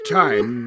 time